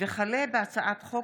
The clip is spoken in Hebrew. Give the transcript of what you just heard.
הצעת חוק